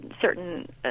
certain